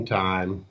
time